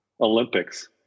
Olympics